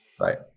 Right